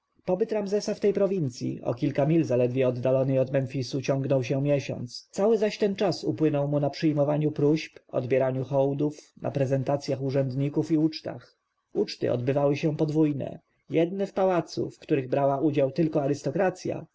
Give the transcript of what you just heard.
pobyt ramzesa w tej prowincji o kilka mil zaledwie oddalonej od memfisu ciągnął się miesiąc cały zaś ten czas upłynął mu na przyjmowaniu próśb odbieraniu hołdów na prezentacjach urzędników i ucztach uczty odbywały się podwójne jedne w pałacu w których brała udział tylko